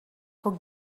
who